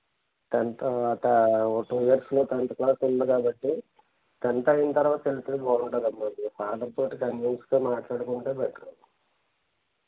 tenth ఒక two ఇయర్స్లో tenth class ఉంది కాబట్టి టెన్త్ అయిన తర్వాత వెళితే బాగుంటుంది అమ్మ మీ ఫాదర్ తో కన్విన్స్గా మాట్లాడుకుంటే బెటర్